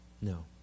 No